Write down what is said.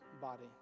body